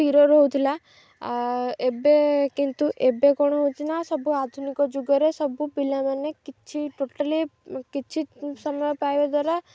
ସ୍ଥିିର ରହୁଥିଲା ଏବେ କିନ୍ତୁ ଏବେ କ'ଣ ହେଉଛି ନା ସବୁ ଆଧୁନିକ ଯୁଗରେ ସବୁ ପିଲାମାନେ କିଛି ଟୋଟାଲି କିଛି ସମୟ ପାଇବା ଦ୍ୱାରା